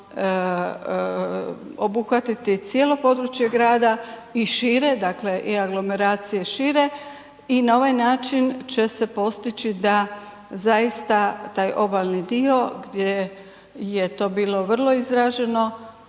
obuhvatiti cijelo područje grada i šire, dakle i aglomeracije šire i na ovaj način će se postići da zaista taj obalni dio gdje je to bilo vrlo izraženo,